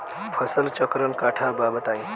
फसल चक्रण कट्ठा बा बताई?